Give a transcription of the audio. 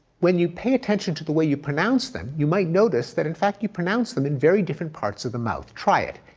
when you pay attention to the way you pronounce them, you notice that in fact, you pronounce them in very different parts of the mouth. try it.